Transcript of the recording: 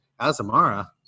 Azamara